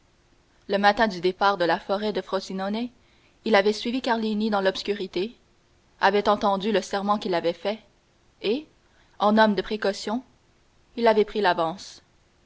le matin du départ de la forêt de frosinone il avait suivi carlini dans l'obscurité avait entendu le serment qu'il avait fait et en homme de précaution il avait pris l'avance